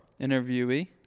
Interviewee